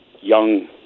young